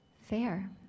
Fair